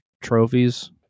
trophies